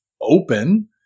open